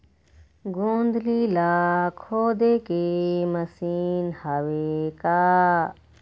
गोंदली ला खोदे के मशीन हावे का?